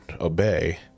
obey